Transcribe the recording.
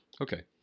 Okay